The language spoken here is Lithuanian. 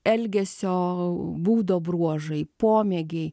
elgesio būdo bruožai pomėgiai